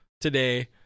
today